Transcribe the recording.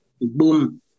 boom